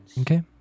Okay